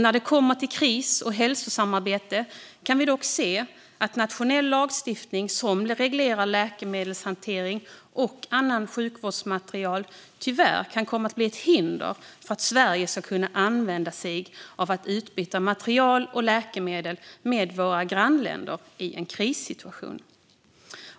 När det kommer till kris och hälsosamarbete kan vi dock se att nationell lagstiftning som reglerar läkemedelshantering och sjukvårdsmaterial tyvärr kan komma att bli ett hinder för att Sverige ska använda sig av utbyte av material och läkemedel med våra grannländer i en krissituation.